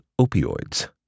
opioids